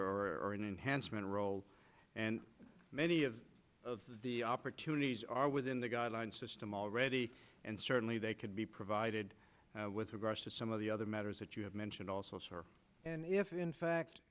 or enhancement role and many of the opportunities are within the guidelines system already and certainly they could be provided with regard to some of the other matters that you have mentioned also sir if in fact